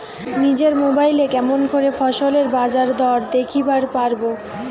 নিজের মোবাইলে কেমন করে ফসলের বাজারদর দেখিবার পারবো?